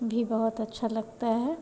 भी बहुत अच्छा लगता है